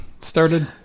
started